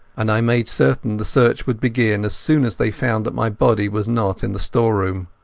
and i made certain the search would begin as soon as they found that my body was not in the storeroom.